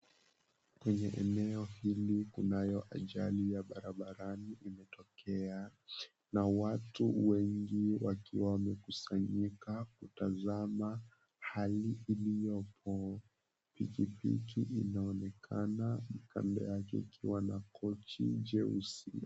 Kwenye eneo hili kunayo ajali ya barabarani imetokea na watu wengi wakiwa wamekusanyika kutazama hali iliyo hapo. Pikipiki inaonekana kando yake ikiwa kochi jeusi.